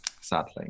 Sadly